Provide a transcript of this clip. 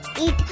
eat